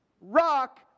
Rock